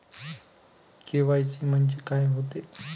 KYC म्हंनजे का होते?